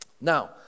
Now